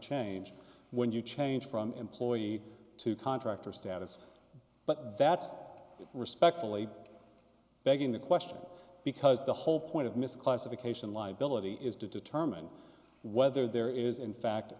change when you change from employee to contractor status but that's respectfully begging the question because the whole point of misclassification liability is to determine whether there is in fact